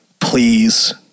please